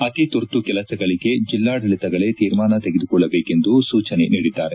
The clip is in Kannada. ಅತಿ ತುರ್ತು ಕೆಲಸಗಳಿಗೆ ಜಿಲ್ಲಾಡಳಿತಗಳು ತೀರ್ಮಾನ ತೆಗೆದುಕೊಳ್ಳಬೇಕೆಂದು ಸೂಚನೆ ನೀಡಿದ್ದಾರೆ